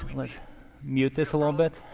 lets mute this a little bit.